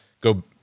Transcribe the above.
go